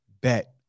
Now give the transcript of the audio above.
bet